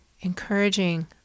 encouraging